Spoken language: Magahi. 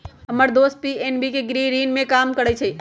हम्मर दोस पी.एन.बी के गृह ऋण में काम करइ छई